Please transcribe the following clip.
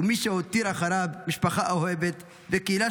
ומי שהותיר אחריו משפחה אוהבת וקהילה